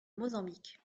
mozambique